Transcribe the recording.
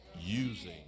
Using